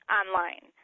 online